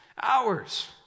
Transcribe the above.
hours